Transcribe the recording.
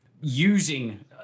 using